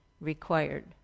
required